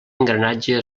engranatge